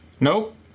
Nope